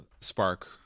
Spark